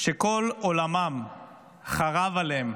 שכל עולמן חרב עליהן,